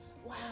wow